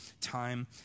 time